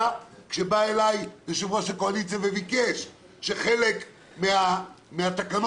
כשבא אלי יושב-ראש הקואליציה וביקש שחלק מהתקנות,